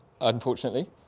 unfortunately